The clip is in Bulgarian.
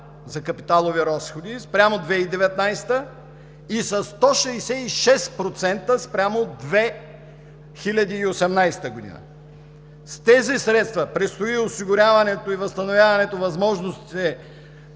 за капиталови разходи спрямо 2019 г. и със 166% спрямо 2018 г. С тези средства предстои осигуряването и възстановяването на възможностите